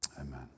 Amen